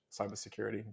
cybersecurity